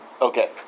Okay